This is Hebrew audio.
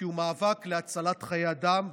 כי הוא מאבק להצלת חיי אדם.